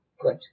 Good